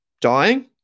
dying